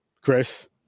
Chris